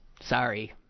sorry